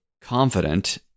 confident